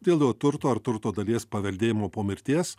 dėl jo turto ar turto dalies paveldėjimo po mirties